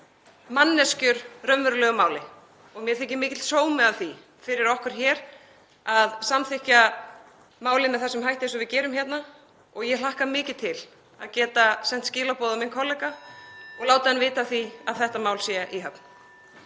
manneskjur raunverulegu máli. Mér þykir mikill sómi að því fyrir okkur hér að samþykkja málið með þessum hætti eins og við gerum hérna og ég hlakka mikið til að geta sent skilaboð á minn kollega og látið hann vita af því að þetta mál sé í höfn.